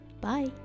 Bye